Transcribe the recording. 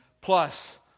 plus